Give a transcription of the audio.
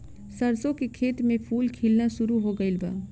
सरसों के खेत में फूल खिलना शुरू हो गइल बा